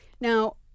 Now